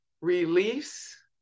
release